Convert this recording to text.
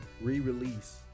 re-release